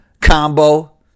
Combo